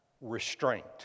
restraint